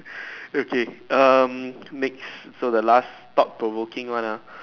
okay um next so the last thought provoking one ah